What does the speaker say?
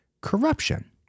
corruption